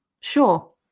Sure